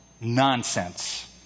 nonsense